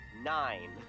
Nine